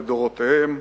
לדורותיהם.